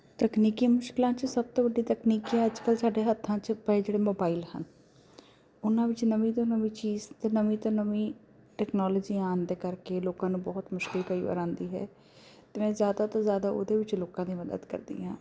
ਤਕਨੀਕੀ ਮੁਸ਼ਕਲਾਂ 'ਚ ਸਭ ਤੋਂ ਵੱਡੀ ਤਕਨੀਕੀ ਅੱਜ ਕੱਲ੍ਹ ਸਾਡੇ ਹੱਥਾਂ 'ਚ ਪਏ ਜਿਹੜੇ ਮੋਬਾਇਲ ਹਨ ਉਹਨਾਂ ਵਿੱਚ ਨਵੀਂ ਤੋਂ ਨਵੀਂ ਚੀਜ਼ ਅਤੇ ਨਵੀਂ ਤੋਂ ਨਵੀਂ ਟੈਕਨੋਲੋਜੀ ਆਉਣ ਦੇ ਕਰਕੇ ਲੋਕਾਂ ਨੂੰ ਬਹੁਤ ਮੁਸ਼ਕਲ ਕਈ ਵਾਰ ਆਉਂਦੀ ਹੈ ਅਤੇ ਮੈਂ ਜ਼ਿਆਦਾ ਤੋਂ ਜ਼ਿਆਦਾ ਉਹਦੇ ਵਿੱਚ ਲੋਕਾਂ ਦੀ ਮਦਦ ਕਰਦੀ ਹਾਂ